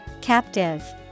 Captive